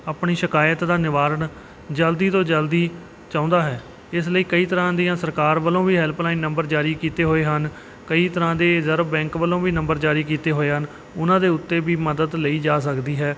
ਆਪਣੀ ਸ਼ਿਕਾਇਤ ਦਾ ਨਿਵਾਰਨ ਜਲਦੀ ਤੋਂ ਜਲਦੀ ਚਾਹੁੰਦਾ ਹੈ ਇਸ ਲਈ ਕਈ ਤਰ੍ਹਾਂ ਦੀਆਂ ਸਰਕਾਰ ਵੱਲੋਂ ਵੀ ਹੈਲਪਲਾਈਨ ਨੰਬਰ ਜਾਰੀ ਕੀਤੇ ਹੋਏ ਹਨ ਕਈ ਤਰ੍ਹਾਂ ਦੇ ਰਿਜ਼ਰਵ ਬੈਂਕ ਵੱਲੋਂ ਵੀ ਨੰਬਰ ਜਾਰੀ ਕੀਤੇ ਹੋਏ ਹਨ ਉਹਨਾਂ ਦੇ ਉੱਤੇ ਵੀ ਮਦਦ ਲਈ ਜਾ ਸਕਦੀ ਹੈ